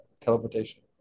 Teleportation